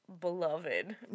beloved